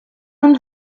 اون